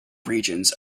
regions